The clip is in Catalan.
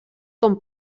com